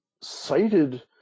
cited